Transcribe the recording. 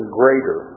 greater